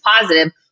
positive